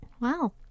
Wow